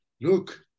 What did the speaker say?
look